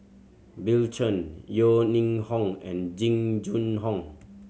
Bill Chen Yeo Ning Hong and Jing Jun Hong